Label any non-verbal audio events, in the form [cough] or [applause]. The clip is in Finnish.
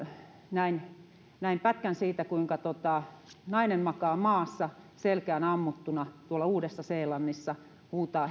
näin näin pätkän siitä kuinka nainen makaa maassa selkään ammuttuna tuolla uudessa seelannissa huutaa [unintelligible]